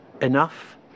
Enough